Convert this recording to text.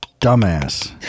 dumbass